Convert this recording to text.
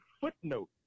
footnote